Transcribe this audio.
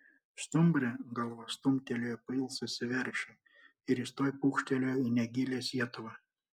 stumbrė galva stumtelėjo pailsusį veršį ir jis tuoj pūkštelėjo į negilią sietuvą